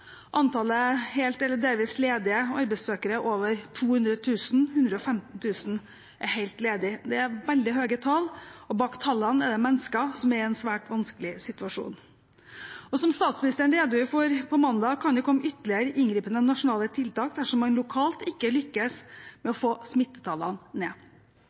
Antallet helt eller delvis ledige arbeidssøkere er over 200 000, og 115 000 er helt ledige. Det er veldig høye tall, og bak tallene er det mennesker som er i en svært vanskelig situasjon. Og som statsministeren redegjorde for på mandag, kan det komme ytterligere inngripende nasjonale tiltak dersom man lokalt ikke lykkes med å få smittetallene ned.